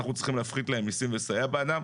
אנחנו צריכים להפחית להם מסים ולסייע בעדם.